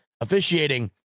officiating